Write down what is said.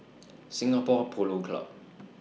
Singapore Polo Club